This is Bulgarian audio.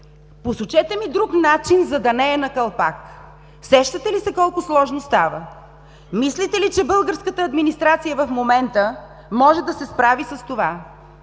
Посочете ми друг начин, за да не е на калпак! Сещате ли се колко сложно става? Мислите ли, че българската администрация в момента може да се справи с това?